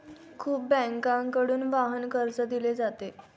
खूप बँकांकडून वाहन कर्ज दिले जाते